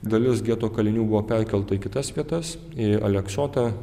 dalis geto kalinių buvo perkelta į kitas vietas į aleksotą